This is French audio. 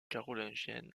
carolingienne